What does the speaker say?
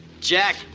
Jack